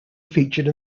featured